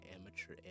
amateur